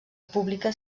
pública